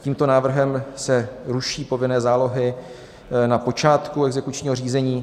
Tímto návrhem se ruší povinné zálohy na počátku exekučního řízení.